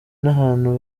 n’ahantu